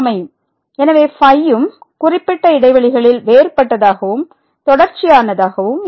மாணவர் எனவே φ யும் குறிப்பிட்ட இடைவெளிகளில் வேறுபட்டதாகவும் தொடர்ச்சியானதாகவும் இருக்கும்